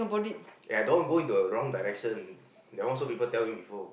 eh I don't want go to a wrong direction that one people also tell me before